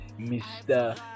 Mr